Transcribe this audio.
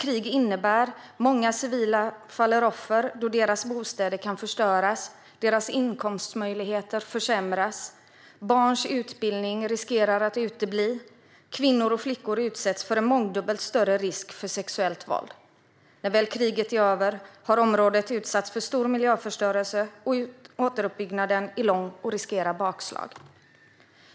Krig innebär att många civila faller offer då deras bostäder kan förstöras och deras inkomstmöjligheter försämras, att barns utbildning riskerar att utebli och att kvinnor och flickor utsätts för en mångdubbelt större risk för sexuellt våld. När väl kriget är över har området utsatts för stor miljöförstörelse, och återuppbyggnaden är lång och riskerar bakslag.